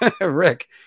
Rick